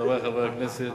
חברי חברי הכנסת,